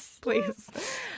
please